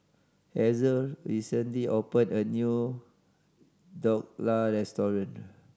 Hazel recently opened a new Dhokla Restaurant